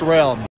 Realm